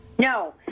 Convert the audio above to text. No